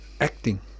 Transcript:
acting